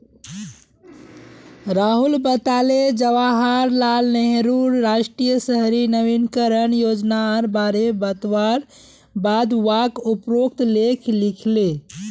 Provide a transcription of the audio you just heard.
राहुल बताले जवाहर लाल नेहरूर राष्ट्रीय शहरी नवीकरण योजनार बारे बतवार बाद वाक उपरोत लेख लिखले